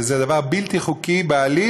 וזה דבר בלתי חוקי בעליל,